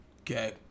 Okay